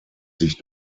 sich